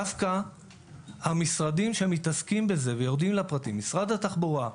דווקא המשרדים שמתעסקים בזה ויורדים לפרטים משרד התחבורה,